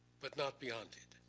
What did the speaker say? but not beyond it.